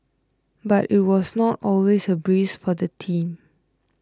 but it was not always a breeze for the team